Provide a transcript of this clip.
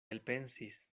elpensis